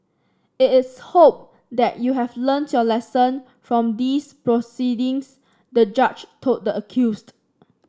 it is hope that you have learnt your lesson from these proceedings the judge told the accused